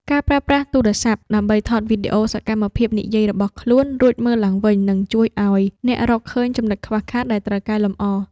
ការប្រើប្រាស់ទូរស័ព្ទដើម្បីថតវីដេអូសកម្មភាពនិយាយរបស់ខ្លួន រួចមើលឡើងវិញ នឹងជួយឱ្យអ្នករកឃើញចំណុចខ្វះខាតដែលត្រូវកែលម្អ។